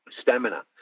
stamina